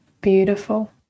Beautiful